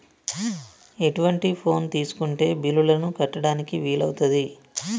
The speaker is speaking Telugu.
ఎటువంటి ఫోన్ తీసుకుంటే బిల్లులను కట్టడానికి వీలవుతది?